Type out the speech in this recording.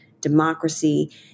democracy